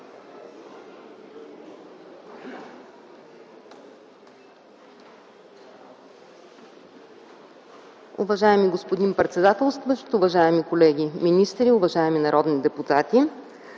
Уважаеми господин председателстващ, уважаеми колеги министри, уважаеми народни депутати!